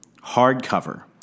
hardcover